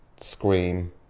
Scream